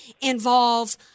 involve